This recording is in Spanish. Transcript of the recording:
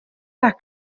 las